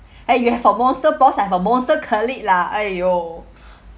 eh you have a monster boss I have a monster colleague lah !aiyo!